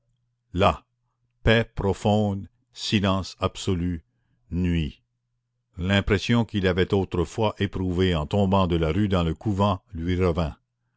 là paix profonde silence absolu nuit l'impression qu'il avait autrefois éprouvée en tombant de la rue dans le couvent lui revint